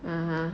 ah !huh!